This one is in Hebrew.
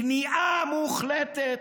כניעה מוחלטת,